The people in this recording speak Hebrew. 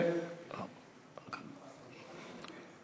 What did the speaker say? אפשר להעלות את רשימת הדוברים?